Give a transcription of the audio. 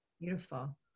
Beautiful